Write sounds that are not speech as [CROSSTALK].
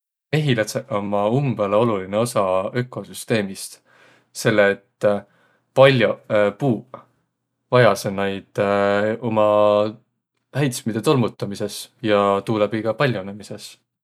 Mehilädseq ommaq umbõlõ olulinõ osa ökosüsteemist, selle et pall'oq puuq vajasõq näid [HESITATION] uma häitsmide tolmutamisõs ja tuuläbi ka paljunõmisõs.